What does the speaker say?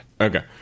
Okay